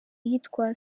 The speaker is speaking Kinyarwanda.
yitwa